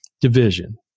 division